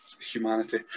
Humanity